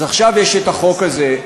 אז עכשיו יש את החוק הזה,